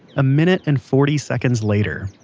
a minute and forty seconds later,